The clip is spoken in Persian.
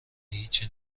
هیچی